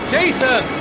Jason